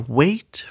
wait